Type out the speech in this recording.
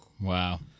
Wow